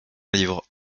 livres